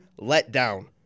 letdown